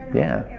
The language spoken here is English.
yeah,